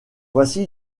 voici